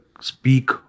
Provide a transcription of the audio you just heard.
speak